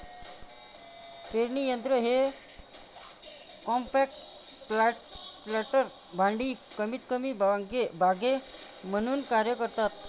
पेरणी यंत्र हे कॉम्पॅक्ट प्लांटर भांडी कमीतकमी बागे म्हणून कार्य करतात